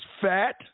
fat